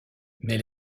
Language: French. mais